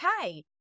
okay